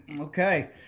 Okay